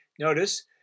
notice